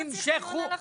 למה צריך דיון על החוק?